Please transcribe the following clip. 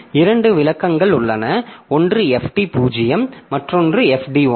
2 விளக்கங்கள் உள்ளன ஒன்று fd 0 மற்றொன்று fd 1